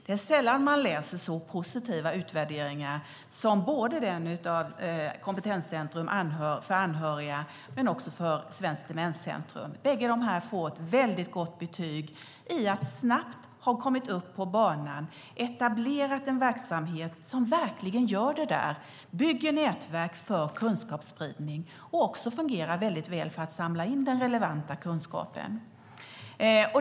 Det är sällan man läser så positiva utvärderingar som den av kompetenscentrum för anhöriga och den av Svenskt Demenscentrum. Bägge får ett väldigt gott betyg för att de snabbt har kommit upp på banan och etablerat en verksamhet som verkligen bygger nätverk för kunskapsspridning och också fungerar väldigt väl när det gäller att samla in den relevanta kunskapen.